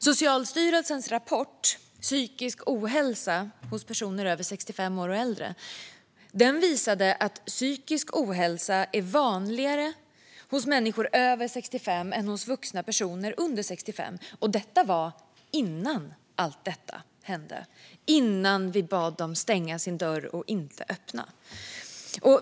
Socialstyrelsens rapport Psykisk ohälsa hos personer över 65 år och äldre visade att psykisk ohälsa är vanligare hos människor över 65 än hos vuxna under 65, och detta var innan coronakrisen inträffade och innan vi bad dem att stänga sin dörr och inte öppna.